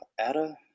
Ada